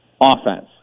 offense